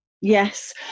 yes